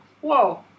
whoa